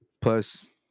plus